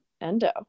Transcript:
endo